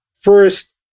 first